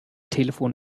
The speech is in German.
telefon